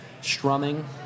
strumming